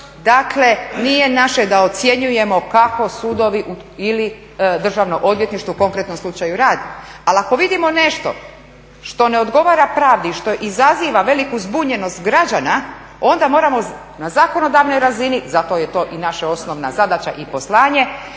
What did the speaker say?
dakle nije naše da ocjenjujemo kako sudovi ili državno odvjetništvo u konkretnom slučaju radi. Ali ako vidimo nešto što ne odgovara pravdi i što izaziva veliku zbunjenost građana onda moramo na zakonodavnoj razini zato je to i naša osnovna zadaća i poslanje